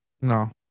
no